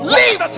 Leave